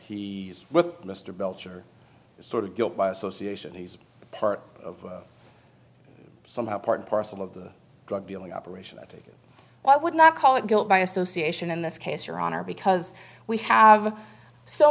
the with mr belcher sort of guilt by association he's part of somehow part and parcel of the drug dealing operation i would not call it guilt by association in this case your honor because we have so